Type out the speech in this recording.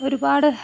ഒരുപാട്